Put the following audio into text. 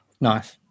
Nice